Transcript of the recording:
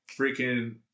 freaking